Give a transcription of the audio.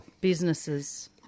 businesses